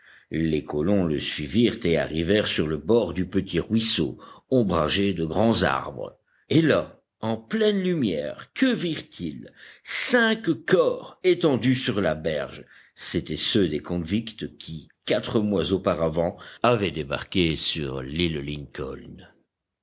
les colons le suivirent et arrivèrent sur le bord du petit ruisseau ombragé de grands arbres et là en pleine lumière que virent ils cinq corps étendus sur la berge c'étaient ceux des convicts qui quatre mois auparavant avaient débarqué sur l'île lincoln